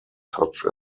such